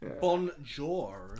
Bonjour